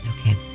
Okay